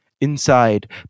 Inside